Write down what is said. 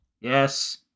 Yes